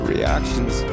reactions